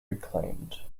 reclaimed